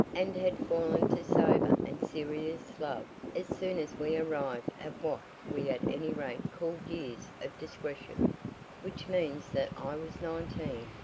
and had fallen to sober and serious love as soon as we arrived at what we at any rate called years of discretion which means that i was nineteen,